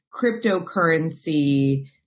cryptocurrency